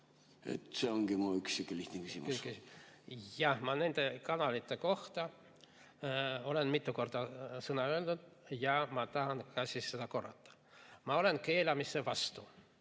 See ongi mu üks sihuke lihtne küsimus. Jah, nende kanalite kohta ma olen mitu korda oma sõna öelnud ja ma tahan seda korrata. Ma olen keelamise vastu,